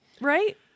right